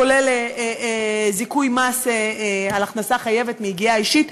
כולל זיכוי מס על הכנסה חייבת מיגיעה אישית,